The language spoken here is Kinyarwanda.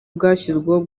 bwashyizweho